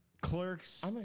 Clerks